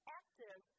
active